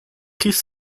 chris